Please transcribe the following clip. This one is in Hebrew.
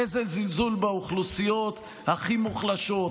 איזה זלזול באוכלוסיות הכי מוחלשות.